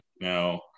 Now